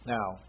Now